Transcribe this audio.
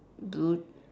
blue